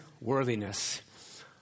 worthiness